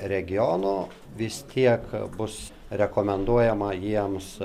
regionų vis tiek bus rekomenduojama jiems